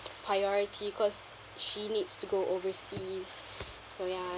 priority cause she needs to go overseas so ya